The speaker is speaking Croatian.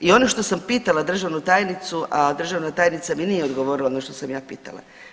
I ono što sam pitala državnu tajnicu, a državna tajnica mi nije odgovorila ono što sam ja pitala.